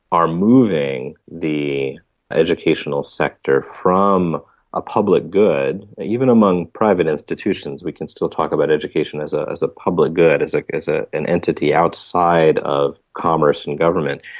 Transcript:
are moving the educational sector from a public good, even among private institutions we can still talk about education as as a public good, as like as ah an entity outside of commerce and government,